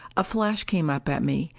a flash came up at me,